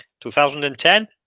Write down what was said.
2010